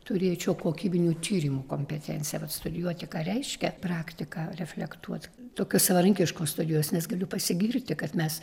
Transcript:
turėčiau kokybinių tyrimų kompetenciją vat studijuoti ką reiškia praktika reflektuot tokios savarankiškos studijos nes galiu pasigirti kad mes